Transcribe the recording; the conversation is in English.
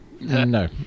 No